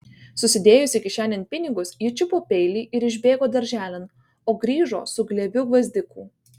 susidėjusi kišenėn pinigus ji čiupo peilį ir išbėgo darželin o grįžo su glėbiu gvazdikų